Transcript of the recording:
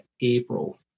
April